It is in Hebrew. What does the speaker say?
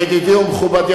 ידידי ומכובדי,